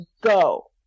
go